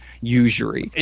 usury